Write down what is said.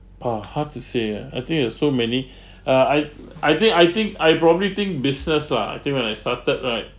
ah how to say ya I think you have so many uh I I think I think I probably think business lah I think when I started right